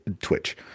twitch